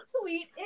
sweet